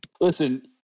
Listen